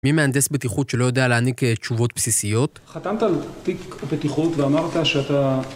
מי מהנדס בטיחות שלא יודע להעניק תשובות בסיסיות? חתמת על תיק בטיחות ואמרת שאתה...